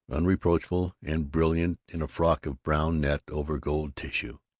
unreproachful, and brilliant in a frock of brown net over gold tissue.